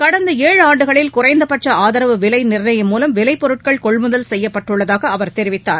கடந்த ஏழாண்டுகளில் குறைந்தபட்ச ஆதரவு விலை நிர்ணயம் மூலம் விலைப்பொருட்கள் கொள்முதல் செய்யப்பட்டுள்ளதாக அவர் தெரிவித்தார்